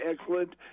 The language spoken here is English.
excellent